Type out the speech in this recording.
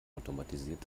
automatisiert